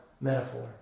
Metaphor